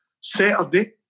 Saturday